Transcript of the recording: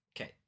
Okay